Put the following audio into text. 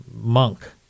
monk